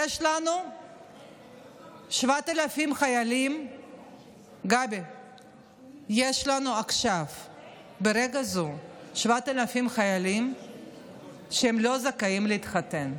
יש לנו 7,000 חיילים שהם לא זכאים להתחתן.